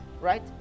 right